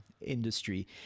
industry